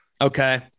Okay